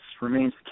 remains